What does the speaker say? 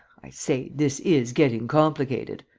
i say, this is getting complicated!